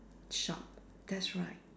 shop that's right